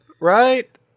right